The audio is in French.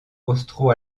austro